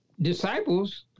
disciples